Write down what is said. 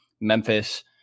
Memphis